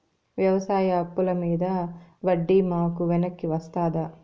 వ్యవసాయ అప్పుల మీద వడ్డీ మాకు వెనక్కి వస్తదా?